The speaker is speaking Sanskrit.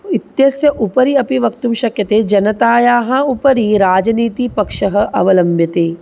इत्यस्य उपरि अपि वक्तुं शक्यते जनतायाः उपरि राजनीतिपक्षः अवलम्ब्यते